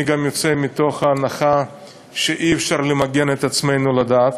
אני גם יוצא מתוך הנחה שאי-אפשר למגן את עצמנו לדעת,